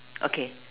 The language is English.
okay